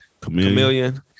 Chameleon